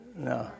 No